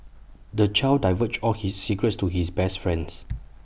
the child divulged all his secrets to his best friends